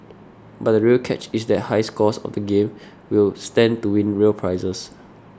but the real catch is that high scorers of the game will stand to win real prizes